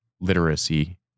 literacy